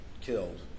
killed